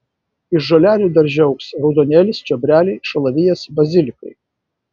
iš žolelių darže augs raudonėlis čiobreliai šalavijas bazilikai